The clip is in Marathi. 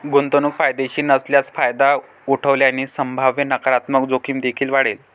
गुंतवणूक फायदेशीर नसल्यास फायदा उठवल्याने संभाव्य नकारात्मक जोखीम देखील वाढेल